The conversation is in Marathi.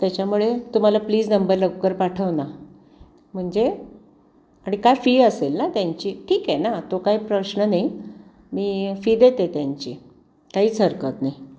त्याच्यामुळे तू मला प्लीज नंबर लवकर पाठव ना म्हणजे आणि काय फी असेल ना त्यांची ठीक आहे ना तो काय प्रश्न नाही मी फी देते त्यांची काहीच हरकत नाही